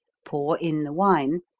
pour in the wine,